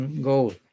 goal